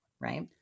right